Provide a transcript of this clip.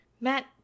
Matt